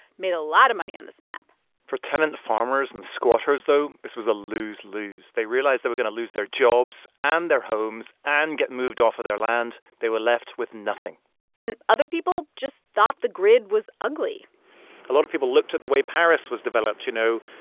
made a lot of money on this map for tenant farmers and squatters, though, this was a lose-lose. they realized they were going to lose their jobs and their homes and get moved off of their land. they were left with nothing and other people just thought the grid was ugly a lot of people looked at the way paris was developed, you know,